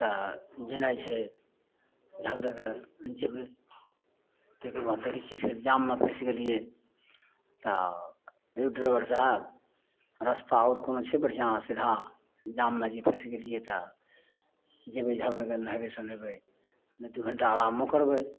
तऽ जेनाइ छै झक दऽ कऽ जेबै तहिके बाद देखैत छियै फेर जाममे फँसि गेलियै तऽ यौ डरेबर साहेब रस्ता आओर कोनो छै बढ़िआँ सीधा जाममे जे ई फँसि गेलियै तऽ जयबै झब दऽ कऽ नहेबै सोनेबै ओहिमे दू घण्टा अरामो करबै